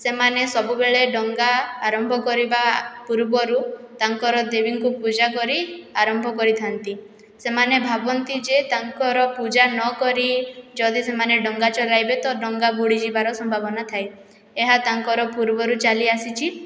ସେମାନେ ସବୁବେଳେ ଡଙ୍ଗା ଆରମ୍ଭ କରିବା ପୂର୍ବରୁ ତାଙ୍କର ଦେବୀଙ୍କୁ ପୂଜା କରି ଆରମ୍ଭ କରିଥାନ୍ତି ସେମାନେ ଭାବନ୍ତି ଯେ ତାଙ୍କର ପୂଜା ନକରି ଯଦି ସେମାନେ ଡଙ୍ଗା ଚଳାଇବେ ତ ଡଙ୍ଗା ବୁଡ଼ିଯିବାର ସମ୍ଭାବନା ଥାଏ ଏହା ତାଙ୍କର ପୂର୍ବରୁ ଚାଲିଆସିଛି